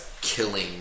killing